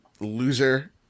loser